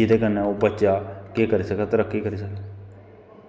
जेह्दै कन्नै ओह् बच्चा केह् करी सकै तरक्की करी सकै